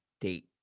date